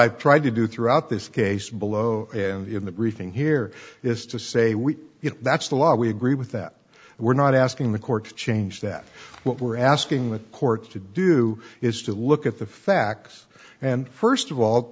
i've tried to do throughout this case below in the briefing here is to say we you know that's the law we agree with that we're not asking the court change that what we're asking with cork to do is to look at the facts and first of all